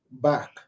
back